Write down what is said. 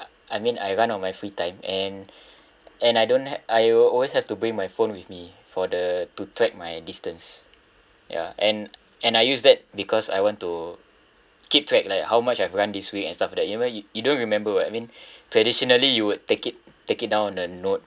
I mean I run on my free time and and I don't have I will always have to bring my phone with me for the to track my distance ya and and I use that because I want to keep track like how much I've run this week and stuff like that even it~ you don't remember [what] I mean traditionally you would take it take it down on the note